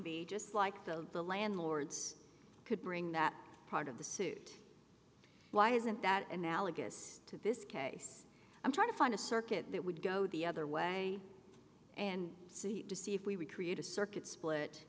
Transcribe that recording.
be just like the the landlords could bring that part of the suit why isn't that analogous to this case i'm trying to find a circuit that would go the other way and see to see if we would create a circuit split